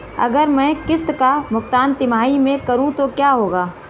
अगर मैं किश्त का भुगतान तिमाही में करूं तो क्या होगा?